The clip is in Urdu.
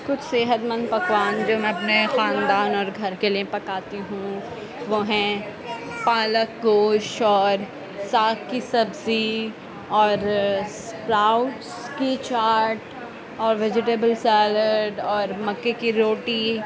کچھ صحت مند پکوان جو میں اپنے خاندان اور گھر کے لیے پکاتی ہوں وہ ہیں پالک گوشت اور ساگ کی سبزی اور اسپراؤٹس کی چاٹ اور ویجیٹیبل سیلڈ اور مکے کی روٹی